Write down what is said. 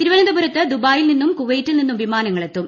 തിരുവനന്തപുരത്ത് ദുബായിൽ നിന്നും കുവൈറ്റിൽ നിന്നും വിമാനങ്ങൾ എത്തും